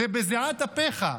זה בזיעת אפיך.